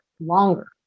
Longer